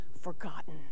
forgotten